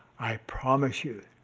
i promise you